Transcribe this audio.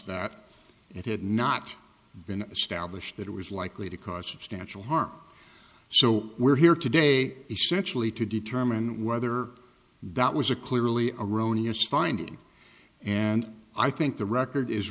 that it had not been established that it was likely to cause its natural harm so we're here today essentially to determine whether that was a clearly erroneous finding and i think the record is